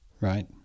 Right